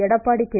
Edappadi K